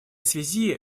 связи